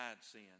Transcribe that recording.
sin